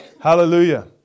Hallelujah